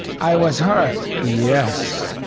i was hurt, yes.